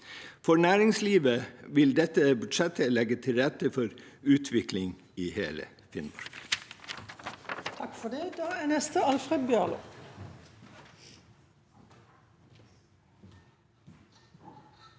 For næringslivet vil dette budsjettet legge til rette for utvikling i hele Finnmark.